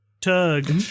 Tug